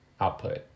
output